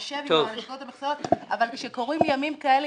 נשב עם הלשכות המקצועיות אבל כשקורים ימים כאלה,